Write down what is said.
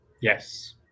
yes